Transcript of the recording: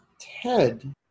Ted